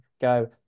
go